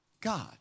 God